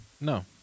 No